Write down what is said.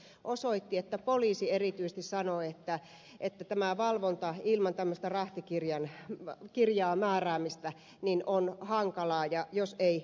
meidän lausuntokierroksemme osoitti että poliisi erityisesti sanoo että valvonta ilman tämmöistä rahtikirjan määräämistä on hankalaa jos ei mahdotonta